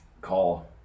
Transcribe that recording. Call